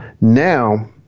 Now